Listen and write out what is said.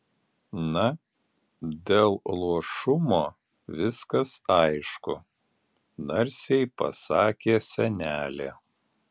na dėl luošumo viskas aišku narsiai pasakė senelė